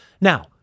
Now